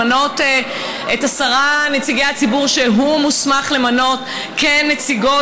למנות את עשרת נציגי הציבור שהוא מוסמך למנות כנציגות